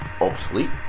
obsolete